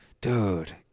Dude